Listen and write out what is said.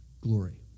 glory